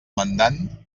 mandant